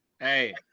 hey